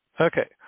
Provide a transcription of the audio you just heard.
Okay